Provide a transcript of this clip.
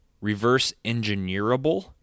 reverse-engineerable